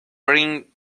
bring